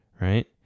Right